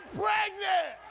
pregnant